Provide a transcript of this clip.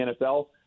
NFL